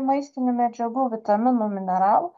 maistinių medžiagų vitaminų mineralų